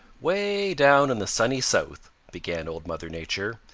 way down in the sunny south, began old mother nature,